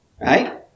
right